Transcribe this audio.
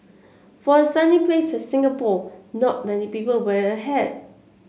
for a sunny place Singapore not many people wear a hat